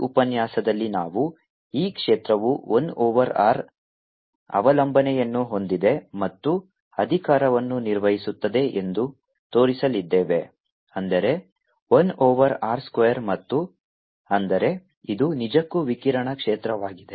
ಈ ಉಪನ್ಯಾಸದಲ್ಲಿ ನಾವು ಈ ಕ್ಷೇತ್ರವು 1 ಓವರ್ r ಅವಲಂಬನೆಯನ್ನು ಹೊಂದಿದೆ ಮತ್ತು ಅಧಿಕಾರವನ್ನು ನಿರ್ವಹಿಸುತ್ತದೆ ಎಂದು ತೋರಿಸಲಿದ್ದೇವೆ ಅಂದರೆ 1 ಓವರ್ r ಸ್ಕ್ವೇರ್ ಮತ್ತು ಅಂದರೆ ಇದು ನಿಜಕ್ಕೂ ವಿಕಿರಣ ಕ್ಷೇತ್ರವಾಗಿದೆ